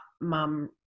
mum